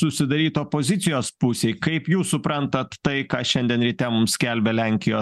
susidaryt opozicijos pusėj kaip jūs suprantat tai ką šiandien ryte mums skelbia lenkijos